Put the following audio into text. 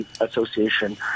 Association